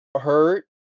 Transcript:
hurt